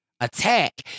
attack